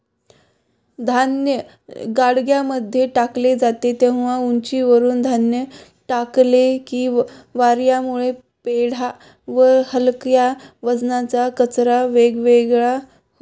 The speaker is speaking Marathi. धान्य गाड्यांमध्ये टाकले जाते तेव्हा उंचीवरुन धान्य टाकले की वार्यामुळे पेंढा व हलक्या वजनाचा कचरा वेगळा होतो